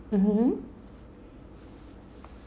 mmhmm